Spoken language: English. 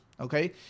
Okay